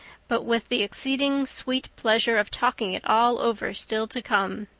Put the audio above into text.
but with the exceeding sweet pleasure of talking it all over still to come.